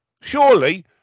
Surely